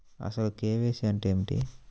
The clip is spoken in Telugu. అసలు కే.వై.సి అంటే ఏమిటి?